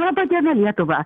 laba diena lietuva